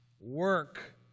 work